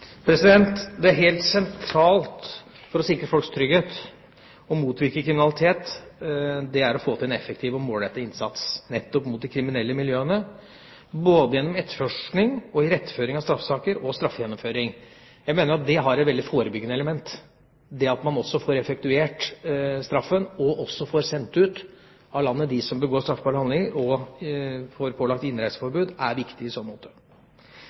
Det helt sentrale for å sikre folks trygghet og motvirke kriminalitet er å få til en effektiv og målrettet innsats nettopp mot de kriminelle miljøene, både gjennom etterforskning og iretteføring av straffesaker og straffegjennomføring. Jeg mener at det er et veldig forebyggende element at man også får effektuert straffen, og at man får sendt ut av landet dem som begår straffbare handlinger og får pålagt innreiseforbud, er viktig i så måte.